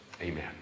amen